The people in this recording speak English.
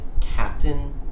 Captain